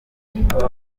yabyo